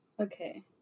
Okay